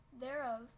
thereof